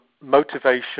motivation